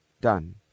done